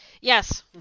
Yes